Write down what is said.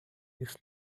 isso